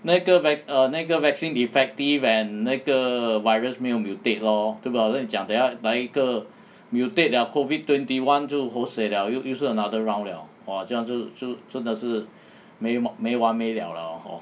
那个 vac~ 那个 vaccine effective and 那个 virus 没有 mutate lor 对不我跟你讲等下来一个 mutate liao COVID twenty one 就 ho seh liao 又是 another round liao !wah! 这样就就真的是没完没完没了 lah hor